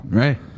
right